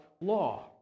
law